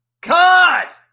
Cut